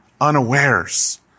unawares